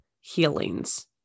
healings